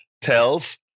Tells